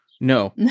No